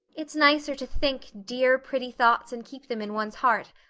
it's nicer to think dear, pretty thoughts and keep them in one's heart,